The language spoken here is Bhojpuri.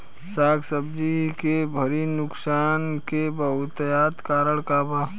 साग सब्जी के भारी नुकसान के बहुतायत कारण का बा?